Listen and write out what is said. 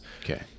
Okay